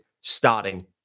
starting